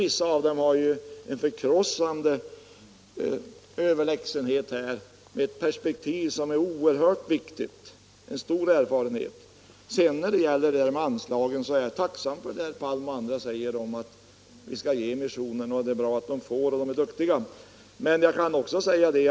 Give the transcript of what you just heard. Vissa av dem har ju en förkrossande överlägsenhet när det gäller erfarenhet och perspektiv. När det sedan gäller anslagen är jag tacksam för de positiva uttalandena från annat håll om missionen och dess verksamhet och om att medel skall anslås till denna.